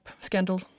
scandal